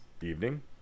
evening